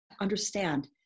understand